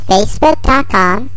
Facebook.com